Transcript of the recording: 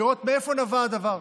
לראות מאיפה נבע הדבר.